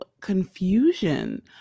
confusion